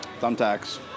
Thumbtacks